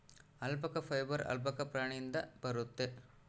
alpaca fibre alpaca ಪ್ರಾಣಿಯಿಂದ ಬರುತ್ತೆ